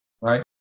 Right